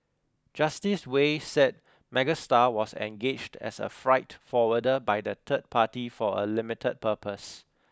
justice Wei said Megastar was engaged as a freight forwarder by the third party for a limited purpose